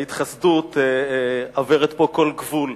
ההתחסדות עוברת פה כל גבול.